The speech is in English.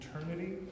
eternity